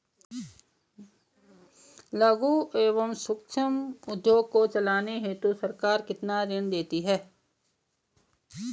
लघु एवं सूक्ष्म उद्योग को चलाने हेतु सरकार कितना ऋण देती है?